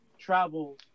travel